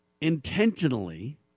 intentionally